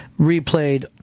replayed